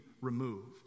removed